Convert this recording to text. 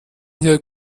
hier